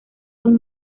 son